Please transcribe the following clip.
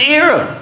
era